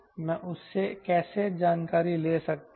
मैं उससे कैसे जानकारी ले सकता हूं